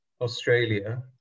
Australia